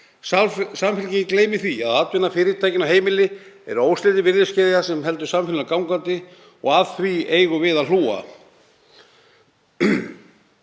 Samfylkingin gleymir því að atvinnan, fyrirtækin og heimilin eru óslitin virðiskeðja sem heldur samfélaginu gangandi og að henni eigum við að hlúa.